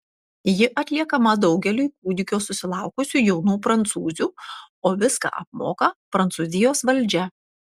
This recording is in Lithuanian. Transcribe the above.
ji atliekama daugeliui kūdikio susilaukusių jaunų prancūzių o viską apmoka prancūzijos valdžia